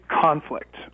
conflict